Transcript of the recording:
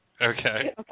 Okay